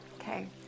Okay